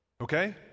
okay